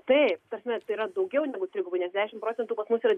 taip ta prasme tai yra daugiau negu trigubai nes dešimt procentų pas mus yra